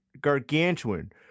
gargantuan